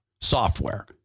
software